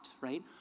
right